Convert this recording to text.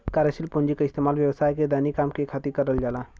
कार्यशील पूँजी क इस्तेमाल व्यवसाय के दैनिक काम के खातिर करल जाला